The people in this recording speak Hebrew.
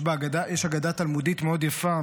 יש אגדה תלמודית מאוד יפה,